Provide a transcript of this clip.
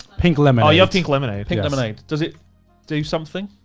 pink lemonade. oh you have pink lemonade. pink lemonade. does it do something?